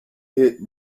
hit